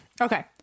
Okay